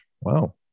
Wow